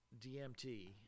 DMT